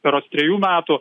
berods trejų metų